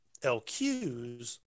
LQs